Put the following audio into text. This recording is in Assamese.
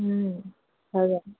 হৈ যাব